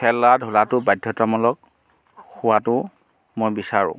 খেলা ধূলাটো বাধ্যতামূলক হোৱাতো মই বিচাৰোঁ